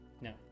No